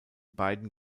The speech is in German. beiden